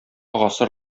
гасыр